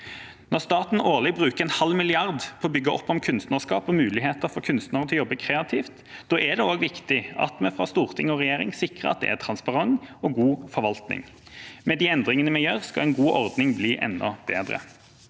Når staten årlig bruker en halv milliard på å bygge opp om kunstnerskap og muligheter for kunstnere til å jobbe kreativt, er det også viktig at vi fra storting og regjering sikrer at det er transparens og god forvaltning. Med de endringene vi gjør, skal en god ordning bli enda bedre.